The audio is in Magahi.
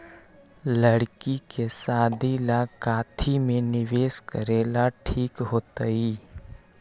लड़की के शादी ला काथी में निवेस करेला ठीक होतई?